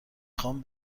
خوام